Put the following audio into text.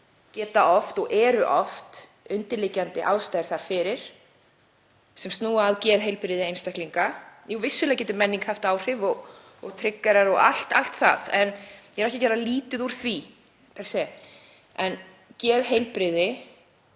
geta oft verið og eru oft undirliggjandi ástæður þar fyrir sem snúa að geðheilbrigði einstaklinga. Jú, vissulega getur menning haft áhrif og „triggerar“ og allt það. Ég er ekki að gera lítið úr því. En geðheilbrigði,